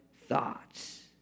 thoughts